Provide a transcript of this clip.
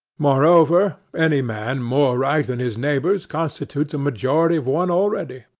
moreover, any man more right than his neighbors constitutes a majority of one already.